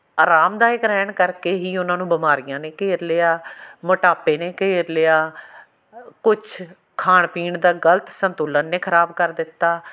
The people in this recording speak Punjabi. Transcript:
ਆਰਾਮਦਾਇਕ ਰਹਿਣ ਕਰਕੇ ਹੀ ਉਹਨਾਂ ਨੂੰ ਬਿਮਾਰੀਆਂ ਨੇ ਘੇਰ ਲਿਆ ਮੋਟਾਪੇ ਨੇ ਘੇਰ ਲਿਆ ਕੁਛ ਖਾਣ ਪੀਣ ਦਾ ਗ਼ਲਤ ਸੰਤੁਲਨ ਨੇ ਖ਼ਰਾਬ ਕਰ ਦਿੱਤਾ